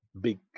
big